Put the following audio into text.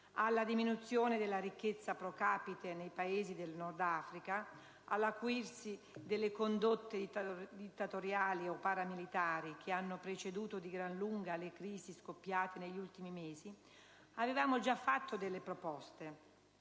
alla diminuzione della ricchezza *pro capite* nei Paesi del Nord Africa, all'acuirsi delle condotte dittatoriali o paramilitari che hanno preceduto di gran lunga le crisi scoppiate negli ultimi mesi - avevamo già fatto delle proposte.